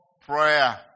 prayer